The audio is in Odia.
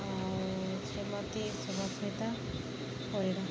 ଆଉ ଶ୍ରୀମତୀ ଶୁଭସ୍ମୀତା ପରିଡ଼ା